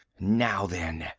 now, then,